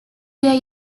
der